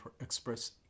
express